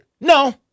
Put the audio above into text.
No